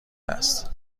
است